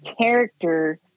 character